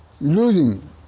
losing